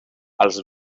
els